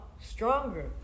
stronger